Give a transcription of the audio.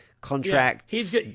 contracts